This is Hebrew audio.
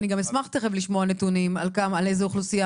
אני אשמח תיכף לשמוע נתונים על איזה אוכלוסייה